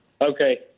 Okay